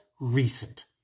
recent